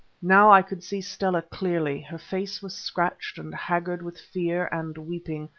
now i could see stella clearly. her face was scratched, and haggard with fear and weeping,